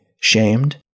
shamed